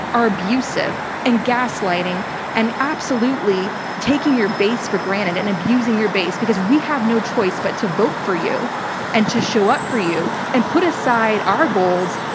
are abusive and gaslighting and absolutely taking your base for granted and abusing your base because we have no choice but to vote for you and to show up for you and put aside our goals,